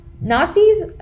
Nazis